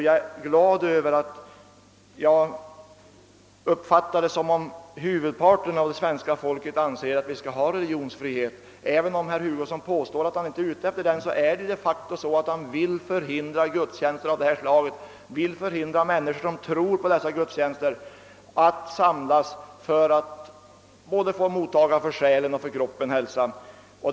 Jag är glad över att huvudparten av det svenska folket tycks anse att vi skall ha religionsfrihet. även om herr Hugosson påstår att han inte är ute efter religionsfriheten är det de facto så, att han vill förhindra gudstjänster av detta slag och hindra människor, som tror på dessa gudstjänsters mening, att samlas för att vinna hälsa till både kropp och själ.